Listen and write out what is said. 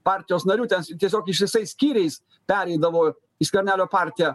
partijos narių ten tiesiog ištisais skyriais pereidavo į skvernelio partiją